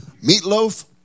meatloaf